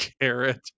carrot